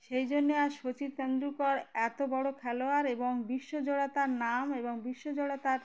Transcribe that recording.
সেই জন্যে আর শচীন তেন্ডুলকর এত বড় খেলোয়াড় এবং বিশ্বজোড়া তার নাম এবং বিশ্বজোড়া তার